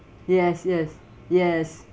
yes yes yes